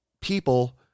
people